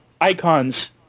icons